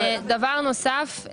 דבר נוסף.